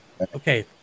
Okay